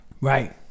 Right